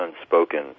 unspoken